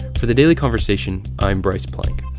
for the daily conversation, i'm bryce plank.